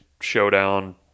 Showdown